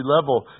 level